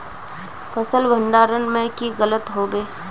फसल भण्डारण में की लगत होबे?